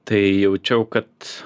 tai jaučiau kad